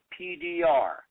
PDR